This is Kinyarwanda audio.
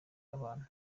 abantu